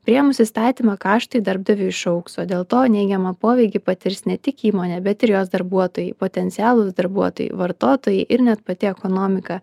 priėmus įstatymą kaštai darbdaviui išaugs o dėl to neigiamą poveikį patirs ne tik įmonė bet ir jos darbuotojai potencialūs darbuotojai vartotojai ir net pati ekonomika